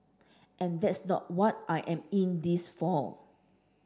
and that's not what I am in this for